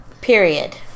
Period